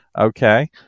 okay